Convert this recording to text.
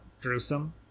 gruesome